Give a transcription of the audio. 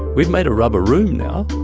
we've made a rubber room now.